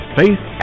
faith